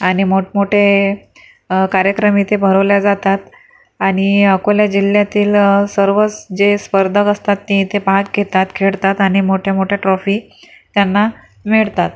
आणि मोठमोठे कार्यक्रम इथे भरवल्या जातात आणि अकोला जिल्ह्यातील सर्वच जे स्पर्धक असतात ते इथे भाग घेतात खेळतात आणि मोठ्या मोठ्या ट्रॉफी त्यांना मिळतात